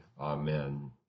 Amen